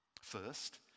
First